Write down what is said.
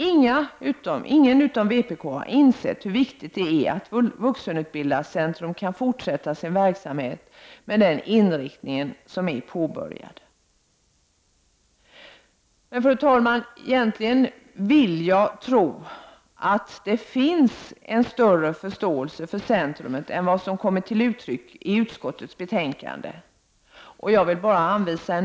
Inga utom vpk inser hur viktigt det är att Vuxenutbildarcentrum kan fortsätta sin verksamhet med den inriktning som är påbörjad. Fru talman! Jag vill egentligen tro att det finns en större förståelse för centrumet än vad som kommer till uttryck i utskottets betänkande.